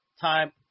Time